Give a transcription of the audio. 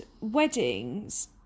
weddings